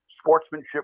sportsmanship